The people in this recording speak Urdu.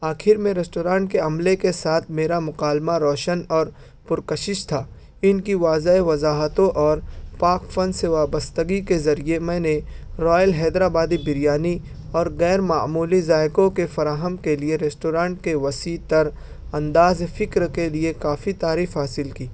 آخر میں ریسٹورانٹ کے عملے کے ساتھ میرا مکالمہ روشن اور پر کشش تھا ان کی واضح وضاحتوں اور پاک فن سے وابستگی کے ذریعے میں نے رائل حیدر آبادی بریانی اور غیر معمولی ذائقوں کے فراہم کے لیے ریسٹورانٹ کے وسیع تر انداز فکر کے لیے کافی تعریف حاصل کی